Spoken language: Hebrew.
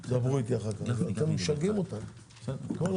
כן.